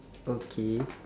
okay